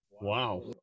wow